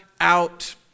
out